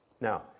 Now